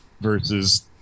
versus